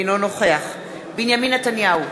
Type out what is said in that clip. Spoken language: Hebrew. אינו נוכח בנימין נתניהו,